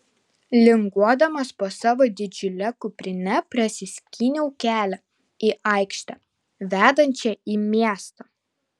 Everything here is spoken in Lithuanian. linguodamas po savo didžiule kuprine prasiskyniau kelią į aikštę vedančią į miestą